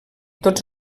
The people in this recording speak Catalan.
tots